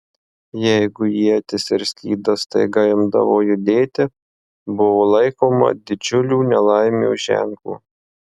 jeigu ietis ir skydas staiga imdavo judėti buvo laikoma didžiulių nelaimių ženklu